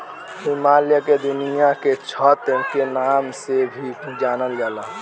हिमालय के दुनिया के छत के नाम से भी जानल जाला